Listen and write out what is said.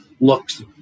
looks